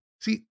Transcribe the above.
See